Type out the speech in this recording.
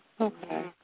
Okay